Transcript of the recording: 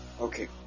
okay